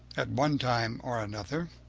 at one time or another,